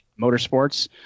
motorsports